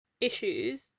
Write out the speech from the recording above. issues